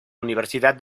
universidad